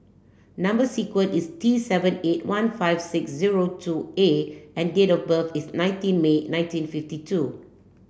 number sequence is T seven eight one five six zero two A and date of birth is nineteen May nineteen fifty two